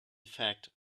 fact